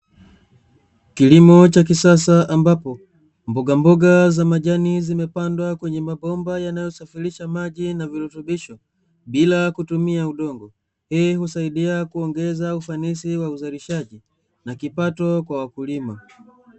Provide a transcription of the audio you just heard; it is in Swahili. Kilimo cha kisasa ambapo mbogamboga za majani zimepandwa kwenye mabomba, yanayosafirisha maji na virutubisho bila kutumia udongo. Hii husaidia kuongeza ufanisi wa uzalishaji na kipato kwa wakulima.